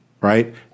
right